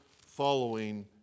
following